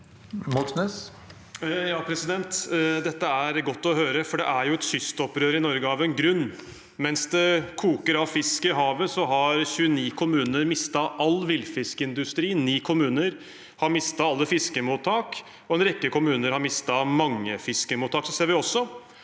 (R) Dette er godt å hø- re, for det er jo et kystopprør i Norge av en grunn. Mens det koker av fisk i havet, har 29 kommuner mistet all villfiskindustri. Ni kommuner har mistet alle fiskemottak, og en rekke kommuner har mistet mange fiskemottak. Vi ser også